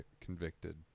Convicted